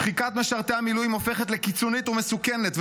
שחיקת משרתי המילואים הופכת לקיצונית ומסוכנת,